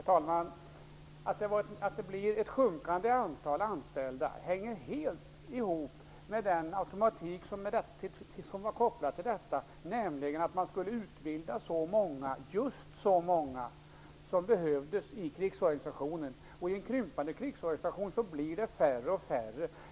Herr talman! Att det blir ett minskat antal anställda hänger helt samman med den automatik som var kopplad till detta, nämligen att man skulle utbilda just så många som behövdes i krigsorganisationen. I en krympande krigsorganisation blir det färre och färre anställda.